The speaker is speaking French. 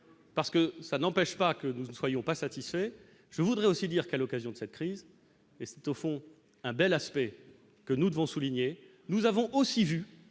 parce que ça n'empêche pas que nous ne soyons pas satisfait, je voudrais aussi dire qu'à l'occasion de cette crise et c'est au fond un bel aspect que nous devons souligner, nous avons aussi vu